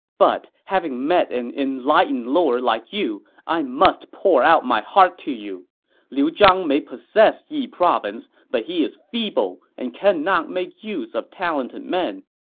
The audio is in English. but having met an enlightened lord like you, i must pour out my heart to you liu zhang may possess yi province, but he is feeble and cannot make use of talented men.